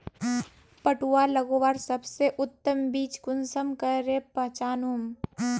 पटुआ लगवार सबसे उत्तम बीज कुंसम करे पहचानूम?